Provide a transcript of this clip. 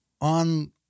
on